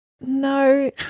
no